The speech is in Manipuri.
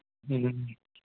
ꯎꯝ